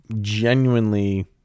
genuinely